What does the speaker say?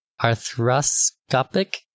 Arthroscopic